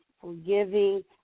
forgiving